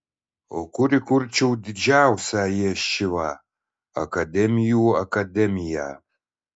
o kur įkurčiau didžiausią ješivą akademijų akademiją